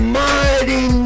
mighty